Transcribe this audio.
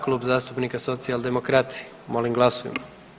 Klub zastupnika Socijaldemokrati, molim glasujmo.